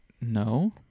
No